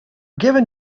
given